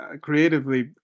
creatively